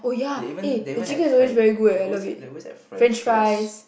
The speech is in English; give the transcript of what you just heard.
they even they even had french they they always have they always have French toast